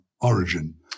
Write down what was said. origin